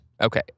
Okay